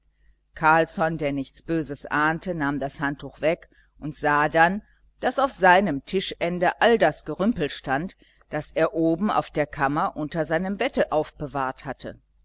carlsson der nichts böses ahnte nahm das handtuch weg und sah dann daß auf seinem tischende all das gerümpel stand das er oben auf der kammer unter seinem bette aufbewahrt hatte